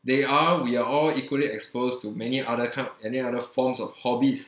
they are we are all equally exposed to many other kind any other forms of hobbies